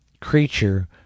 creature